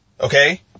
okay